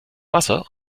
wasser